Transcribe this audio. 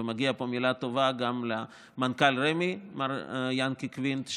ומגיעה פה מילה טובה גם למנכ"ל רמ"י מר ינקי קוינט,